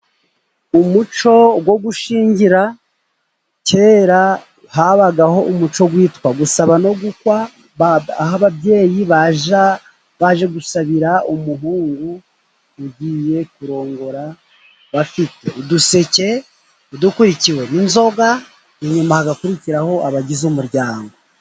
Umuco wo gushyingira, kera habagaho umuco witwa gusaba no gukwa, aho ababyeyi bajya baje gusabira umuhungu ugiye kurongora, bafite uduseke dukurikiwe n'inzoga, inyuma hagakurikiraho abagize umuryango.